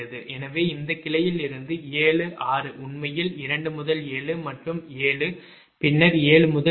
எனவே இந்த கிளையிலிருந்து 7 6 உண்மையில் 2 முதல் 7 மற்றும் 7 பின்னர் 7 முதல் 8